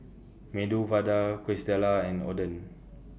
Medu Vada Quesadillas and Oden